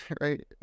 right